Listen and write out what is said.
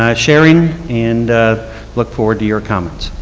ah sharing and look forward to your comments.